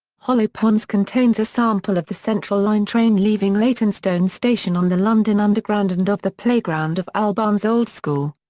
hollow ponds contains a sample of the central line train leaving leytonstone station on the london underground and of the playground of albarn's old school.